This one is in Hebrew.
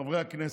חברי הכנסת,